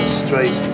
straight